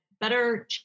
better